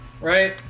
Right